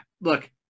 Look